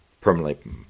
permanently